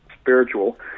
spiritual